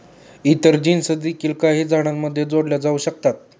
इतर जीन्स देखील काही झाडांमध्ये जोडल्या जाऊ शकतात